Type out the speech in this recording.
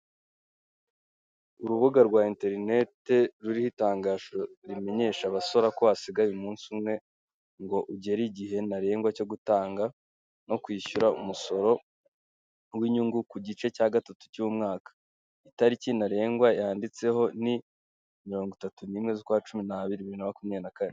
Urubuga rwa interineti ruriho itangazo rimenyesha abasora ko hasigaye umunsi umwe ngo ugere igihe ntarengwa cyo gutanga no kwishyura umusoro w'inyungu ku gice cya gatatu cy'umwaka itariki ntarengwa yanditseho ni mirongo itatu n'imwe z'ukwacumi n'abiri bibiri na myakumyabiri na kane.